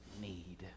need